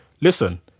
listen